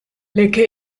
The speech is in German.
lecke